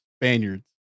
Spaniards